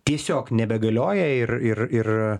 tiesiog nebegalioja ir ir ir